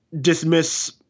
dismiss